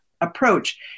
approach